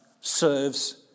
serves